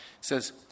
says